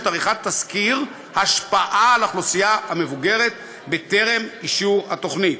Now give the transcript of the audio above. עריכת תסקיר השפעה על האוכלוסייה המבוגרת בטרם אישור התוכנית.